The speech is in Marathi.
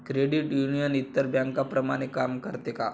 क्रेडिट युनियन इतर बँकांप्रमाणे काम करते का?